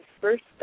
first